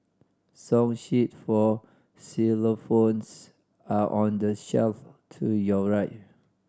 song sheet for xylophones are on the shelf to your right